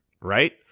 right